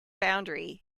boundary